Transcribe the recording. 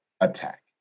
attack